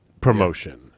Promotion